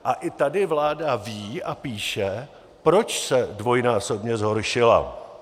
A i tady vláda ví a píše, proč se dvojnásobně zhoršila.